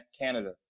Canada